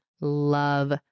love